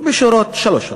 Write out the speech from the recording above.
בשלוש שורות: